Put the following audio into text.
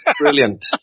brilliant